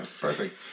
Perfect